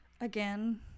Again